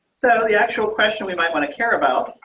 so the actual question we might want to care about